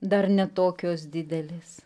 dar ne tokios didelės